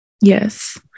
yes